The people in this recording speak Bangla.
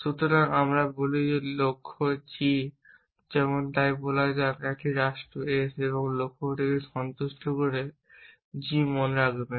সুতরাং আমরা বলি যে লক্ষ্য g যেমন তাই বলা যাক একটি রাষ্ট্র S একটি লক্ষ্যকে সন্তুষ্ট করে g মনে রাখবেন